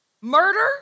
Murder